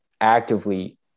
actively